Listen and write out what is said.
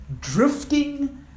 drifting